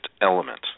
element